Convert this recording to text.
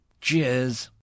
Cheers